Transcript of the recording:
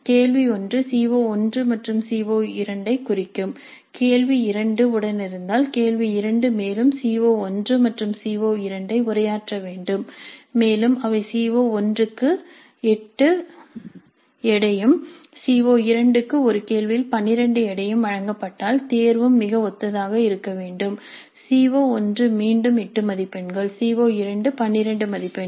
கேள்வி 1 சிஓ1 மற்றும் சிஓ2 ஐக் குறிக்கும் கேள்வி2 உடன் இருந்தால் கேள்வி 2 மேலும் சிஓ1 மற்றும் சிஓ2 ஐ உரையாற்ற வேண்டும் மேலும் அவை சிஓ1 க்கு 8 எடையும் சிஓ2 க்கு ஒரு கேள்வியில் 12 எடையும் வழங்கப்பட்டால் தேர்வும் மிகவும் ஒத்ததாக இருக்க வேண்டும் சிஓ1 மீண்டும் 8 மதிப்பெண்கள் சிஓ2 12 மதிப்பெண்கள்